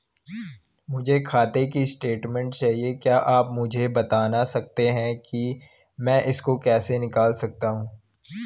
मुझे खाते की स्टेटमेंट चाहिए क्या आप मुझे बताना सकते हैं कि मैं इसको कैसे निकाल सकता हूँ?